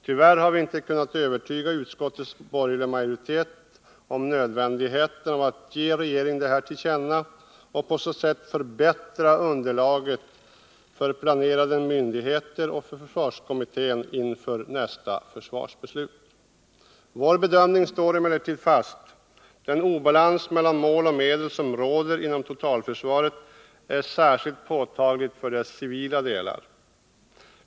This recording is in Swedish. Tyvärr har vi inte kunnat övertyga utskottets borgerliga majoritet om nödvändigheten av att ge regeringen detta till känna och på så sätt förbättra underlaget för planerande myndigheters och försvarskommitténs arbete inför nästa försvarsbeslut. Vår bedömning står emellertid fast. Den obalans mellan mål och medel som råder inom totalförsvaret är särskilt påtaglig för dess civila delar.